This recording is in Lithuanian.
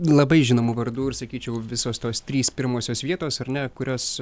labai žinomų vardų ir sakyčiau visos tos trys pirmosios vietos ar ne kurios